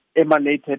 emanated